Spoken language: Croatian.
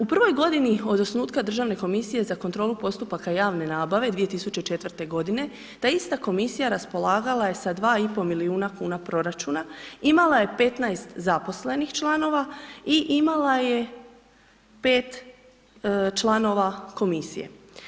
U prvoj godini od osnutka Državne komisije za kontrolu postupka javne nabave 2004. godine ta ista komisija raspolagala je sa 2,5 milijuna kuna proračuna, imala je 15 zaposlenih članova i imala je 5 članova komisije.